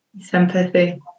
sympathy